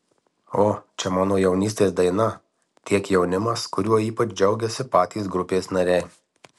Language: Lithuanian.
o čia mano jaunystės daina tiek jaunimas kuriuo ypač džiaugiasi patys grupės nariai